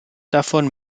davon